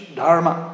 dharma